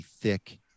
thick